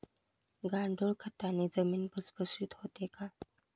गांडूळ खताने जमीन भुसभुशीत होते का?